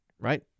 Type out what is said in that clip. right